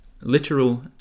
literal